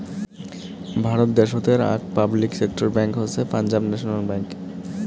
ভারত দ্যাশোতের আক public sector bank হসে পাঞ্জাব ন্যাশনাল ব্যাঙ্ক